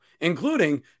including